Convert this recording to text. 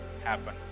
happen